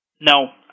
No